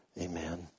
Amen